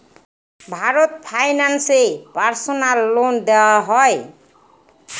Bharat finance এ personal loan দেওয়া হয়?